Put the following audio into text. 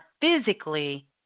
physically